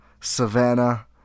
Savannah